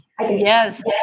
yes